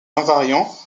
invariants